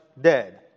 dead